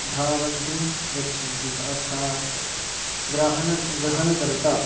धावन्ति गच्छन्ति अर्थात् ग्राहकः ग्रहणकर्ता